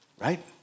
right